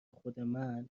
خودمن